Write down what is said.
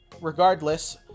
Regardless